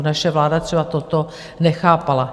Naše vláda třeba toto nechápala.